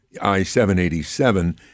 I-787